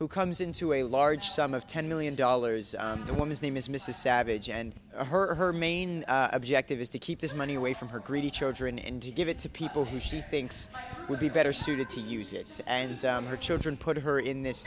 who comes into a large sum of ten million dollars the woman's name is mrs savage and her her main objective is to keep this money away from her greedy children and to give it to people who she thinks would be better suited to use it and her children put her in this